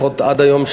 לפחות עד היום,